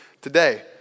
today